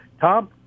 Tom